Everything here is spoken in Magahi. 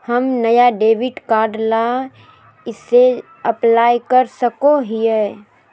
हम नया डेबिट कार्ड ला कइसे अप्लाई कर सको हियै?